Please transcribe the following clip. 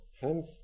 hence